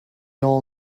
all